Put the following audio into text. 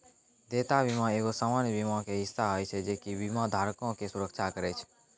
देयता बीमा एगो सामान्य बीमा के हिस्सा होय छै जे कि बीमा धारको के सुरक्षा करै छै